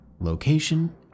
location